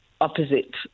opposite